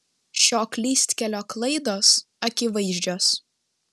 šio klystkelio klaidos akivaizdžios